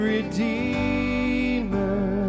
Redeemer